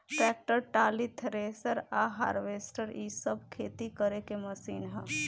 tractor, trolley, thresher आ harvester इ सब खेती करे के मशीन ह